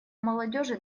молодежи